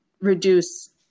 reduce